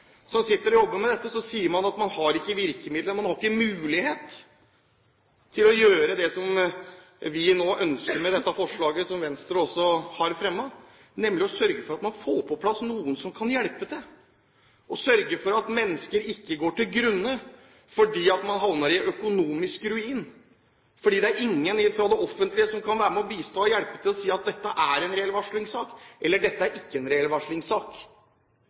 som sitter og jobber med dette, sier de at de ikke har virkemidler, at de ikke har mulighet til å gjøre det som vi ønsker med dette forslaget, og som også Venstre har fremmet forslag om. Det dreier seg om å sørge for at man får på plass noen som kan hjelpe til, og å sørge for at mennesker ikke går til grunne – fordi de opplever økonomisk ruin, fordi det ikke er noen fra det offentlige som kan være med og hjelpe til og si at dette er en reell varslingssak, eller dette er ikke en reell varslingssak,